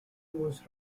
was